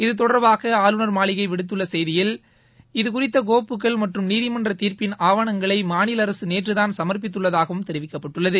இது தொடர்பாக ஆளுநர் மாளிகை வெளியிட்டுள்ள செய்திக்குறிப்பில் இது குறித்த கோப்புகள் மற்றும் நீதிமன்ற நீர்ப்பின் ஆவணங்களை மாநில அரசு நேற்றுதாள் சமா்ப்பித்துள்ளதாகவும் தெரிவிக்கப்பட்டுள்ளது